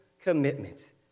commitments